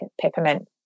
peppermint